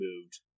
moved